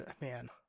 Man